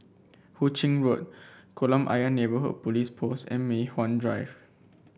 Hu Ching Road Kolam Ayer Neighbourhood Police Post and Mei Hwan Drive